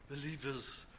Believers